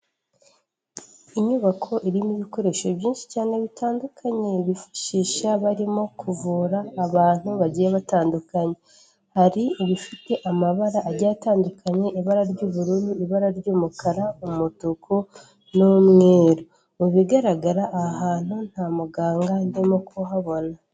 Inyubako irimo ibikoresho byinshi cyane bitandukanye bifashisha barimo kuvura abantu bagiye batandukanye, hari ibifite amabara agiye atandukanye ibara ry'ubururu, ibara ry'umukara, umutuku n'umweru. Mu bigaragara aha hantu nta muganga ndimo kuhabona.